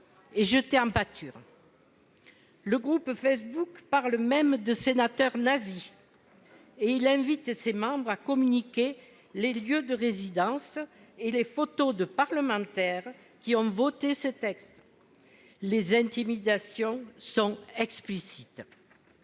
est jetée en pâture. Un groupe Facebook parle même de « sénateurs nazis » et invite ses membres à communiquer les lieux de résidence et les photos des parlementaires qui ont voté ce texte ... Les intimidations sont explicites.